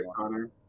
Connor